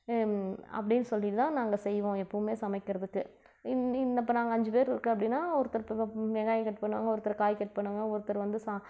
அப்படின்னு சொல்லிதான் நாங்கள் செய்வோம் எப்பவுமே சமைக்கிறதுக்கு இந் இப்போ நாங்கள் அஞ்சு பேர் இருக்கோம் அப்படின்னா ஒருத்தர் வெங்காயம் கட் பண்ணுவாங்க ஒருத்தர் காய் கட் பண்ணுவாங்க ஒருத்தர் வந்து ச